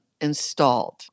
installed